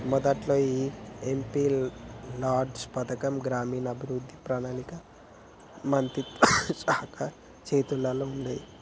మొదట్లో ఈ MP LADS పథకం గ్రామీణాభివృద్ధి పణాళిక మంత్రిత్వ శాఖ చేతుల్లో ఉండేది